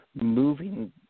moving